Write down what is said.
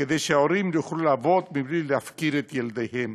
כדי שההורים יוכלו לעבוד בלי להפקיר את ילדיהם.